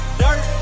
dirt